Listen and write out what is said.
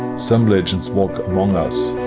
some legends walk among us.